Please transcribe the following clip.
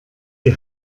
die